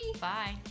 Bye